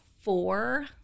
four